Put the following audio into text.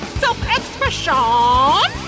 self-expression